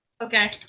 okay